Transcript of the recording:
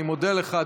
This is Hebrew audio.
אני מודה לך,